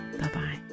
Bye-bye